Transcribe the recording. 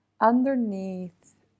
underneath